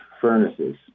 furnaces